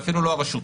זה אפילו לא הרשות,